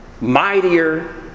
mightier